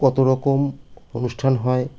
কতো রকম অনুষ্ঠান হয়